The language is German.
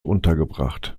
untergebracht